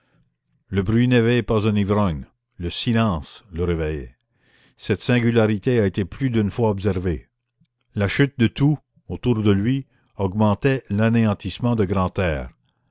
le bruit n'éveille pas un ivrogne le silence le réveille cette singularité a été plus d'une fois observée la chute de tout autour de lui augmentait l'anéantissement de